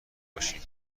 باشیم